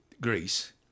Greece